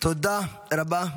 תודה רבה.